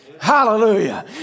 hallelujah